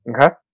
Okay